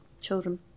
children